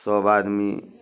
सब आदमी